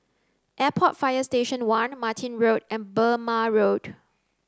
Airport Fire Station One Martin Road and Burmah Road